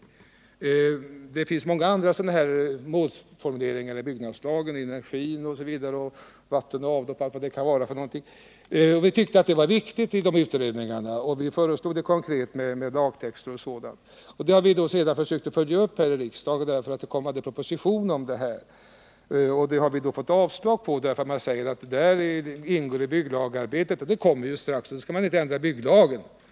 I byggnadslagen finns många andra målformuleringar, t.ex. beträffande energi samt vatten och avlopp. I utredningarna tyckte vi att det här var viktigt, och vi lämnade konkreta förslag med lagtexter osv. Sedan har vi försökt följa upp detta i riksdagen, eftersom det aldrig kom någon proposition. Vi har fått avslag, och man har sagt att det här ingår i arbetet med byggnadslagstiftningen. Det kommer snart, man skall inte ändra på byggnadslagen, har det hetat.